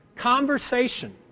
Conversation